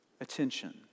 attention